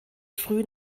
früh